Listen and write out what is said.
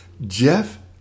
Jeff